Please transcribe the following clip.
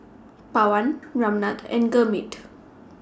Pawan Ramnath and Gurmeet